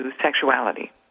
sexuality